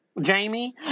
Jamie